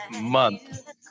month